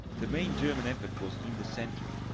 the main german effort was in the center.